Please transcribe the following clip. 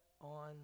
on